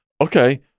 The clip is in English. Okay